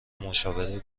مشاوره